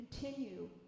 continue